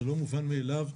זה לא מובן מאליו,